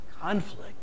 conflict